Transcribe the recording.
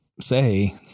say